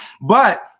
But-